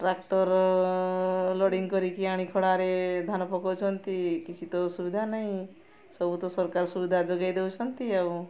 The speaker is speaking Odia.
ଟ୍ରାକ୍ଟର୍ ଲୋଡ଼ିଂ କରିକି ଆଣି ଖଡ଼ାରେ ଧାନ ପକଉଛନ୍ତି କିଛି ତ ସୁବିଧା ନାହିଁ ସବୁ ତ ସରକାର ସୁବିଧା ଯୋଗେଇ ଦେଉଛନ୍ତି ଆଉ